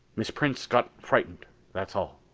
miss prince got frightened that's all.